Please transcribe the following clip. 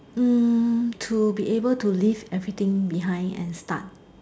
hmm to be able to leave everything behind and start